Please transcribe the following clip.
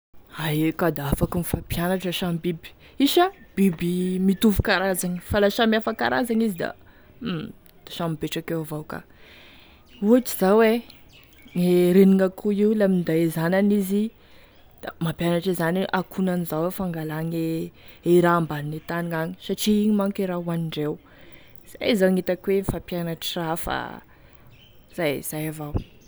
Ae ka da afaky mifampianatry e samy biby, izy sa da biby mitovy karazany fa la samy hafa karazany izy da hum samy mipetraky eo avao ka, ohatry zao ein e renin'akoho io laha minday e zanany izy da mampianatry e zanany hoe ankonan'izao e fangalagny e e raha ambanine tany agny satria agny manko e raha hoanindreo, zay zao gne hitako hoe mifampianatry raha fa izay izay avao.